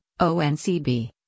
ONCB